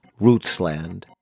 Rootsland